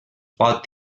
pot